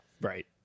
right